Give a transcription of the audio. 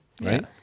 Right